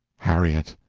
harriet!